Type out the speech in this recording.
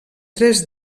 tres